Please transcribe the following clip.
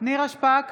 נירה שפק,